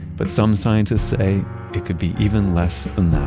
but some scientists say it could be even less than